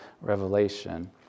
revelation